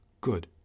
Good